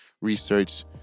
research